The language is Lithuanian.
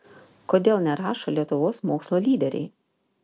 kodėl nerašo lietuvos mokslo lyderiai